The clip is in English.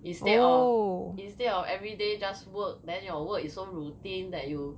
instead of instead of every day just work then your work is so routine that you